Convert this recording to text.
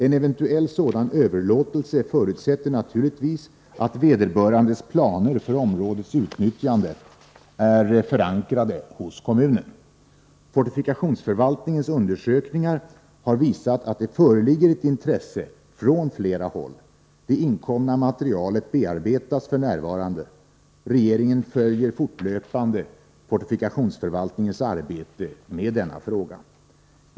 En eventuell sådan överlåtelse förutsätter naturligtvis att vederbörandes planer för områdets utnyttjande är förankrade hos kommunen. Fortifikationsförvaltningens undersökningar har visat att det föreligger intresse från flera håll. Det inkomna materialet bearbetas f.n. Regeringen följer fortlöpande fortifikationsförvaltningens arbete med denna fråga.